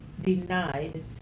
denied